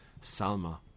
Salma